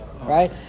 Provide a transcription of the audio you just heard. right